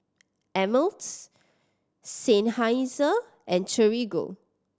Ameltz Seinheiser and Torigo